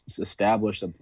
established